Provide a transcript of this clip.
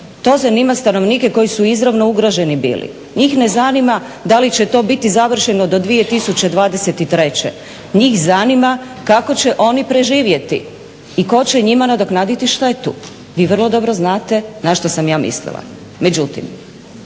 To zanima stanovnike koji su izravno ugroženi bili, njih ne zanima da li će to biti završeno do 2023., njih zanima kako će oni preživjeti i tko će njima nadoknaditi štetu. Vi vrlo dobro znate na što sam ja mislila.